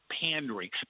pandering